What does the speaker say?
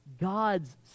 God's